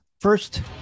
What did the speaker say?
First